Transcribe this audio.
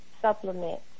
supplement